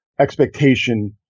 expectation